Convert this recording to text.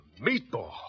meatball